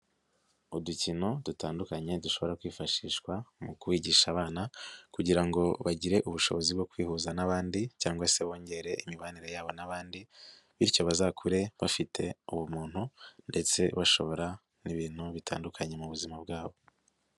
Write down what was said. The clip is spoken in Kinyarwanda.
Udukino dutandukanye dushobora kwifashishwa mu kwigisha abana kugira ngo bagire ubushobozi bwo kwihuza n'abandi cyangwa se bongere imibanire yabo n'abandi, bityo bazakure bafite ubumuntu ndetse bashobora n'ibintu bitandukanye mu buzima bwabo.